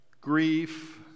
grief